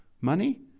Money